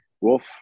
Wolf